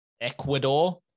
Ecuador